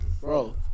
bro